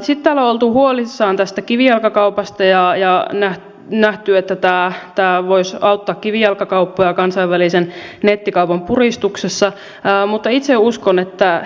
sitten täällä on oltu huolissaan tästä kivijalkakaupasta ja nähty että tämä voisi auttaa kivijalkakauppoja kansainvälisen nettikaupan puristuksessa mutta itse uskon että